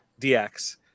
DX